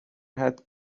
hat